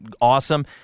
awesome